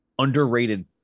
underrated